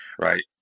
right